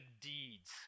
deeds